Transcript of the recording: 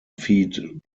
feed